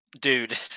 Dude